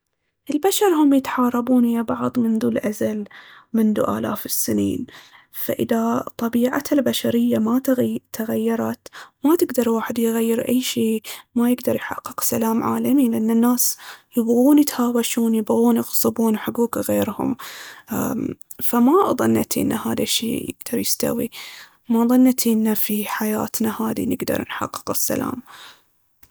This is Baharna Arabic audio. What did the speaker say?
البشر هم يتحاربون ويا بعض منذ الأزل، منذ آلاف السنين. فإذا طبيعة البشرية ما تغيرت، ما تقدر الواحد يغير أي شي، ما يقدر يحقق سلام عالمي لأن الناس يبغون يتهاوشون، يبغون يغصبون حقوق غيرهم. فما ضنتي ان هاذا الشي يستوي، ما ضنتي ان في حياتنا هاذي نقدر نحقق السلام.